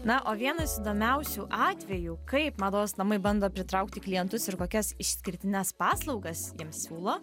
na o vienas įdomiausių atvejų kaip mados namai bando pritraukti klientus ir kokias išskirtines paslaugas jiems siūlo